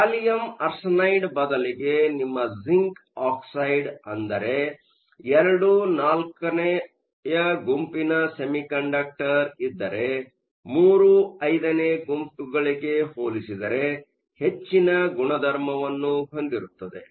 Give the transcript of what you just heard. gallium arsenide ಬದಲಿಗೆ ನಿಮ್ಮಲ್ಲಿ zinc oxide ಅಂದರೆ II VI ನೇಯ ಗೂಂಪಿನ ಸೆಮಿಕಂಡಕ್ಟರ್ ಇದ್ದರೆ III V ನೇ ಗುಂಪುಗಳಿಗೆ ಹೋಲಿಸಿದರೆ ಹೆಚ್ಚಿನ ಗುಣಧರ್ಮವನ್ನು ಹೊಂದಿರುತ್ತದೆ